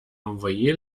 envoyé